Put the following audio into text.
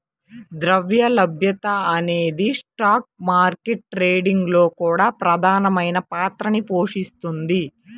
ద్రవ్య లభ్యత అనేది స్టాక్ మార్కెట్ ట్రేడింగ్ లో కూడా ప్రధానమైన పాత్రని పోషిస్తుంది